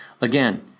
Again